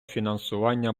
фінансування